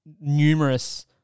numerous